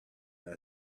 when